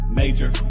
major